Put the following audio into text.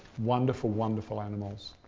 wonderful, wonderful animals.